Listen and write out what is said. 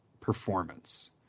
performance